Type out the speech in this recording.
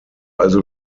also